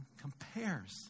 compares